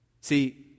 See